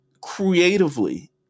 creatively